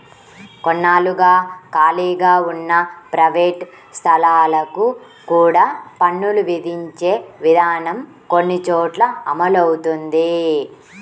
కొన్నాళ్లుగా ఖాళీగా ఉన్న ప్రైవేట్ స్థలాలకు కూడా పన్నులు విధించే విధానం కొన్ని చోట్ల అమలవుతోంది